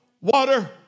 water